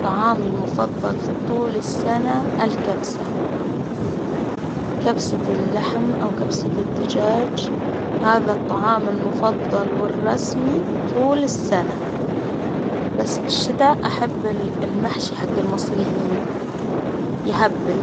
طعامي المفضل طول السنة الكبسة، كبسة اللحم أو كبسة الدجاج، هذا الطعام المفضل والرسمي طول السنة، بس في الشتا أحب المحشي حج المصريين يهبل.